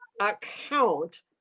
account